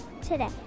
Today